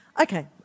Okay